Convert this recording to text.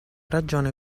ragione